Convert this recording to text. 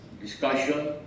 discussion